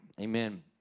Amen